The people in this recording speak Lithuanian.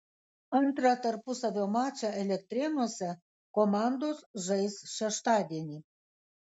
antrą tarpusavio mačą elektrėnuose komandos žais šeštadienį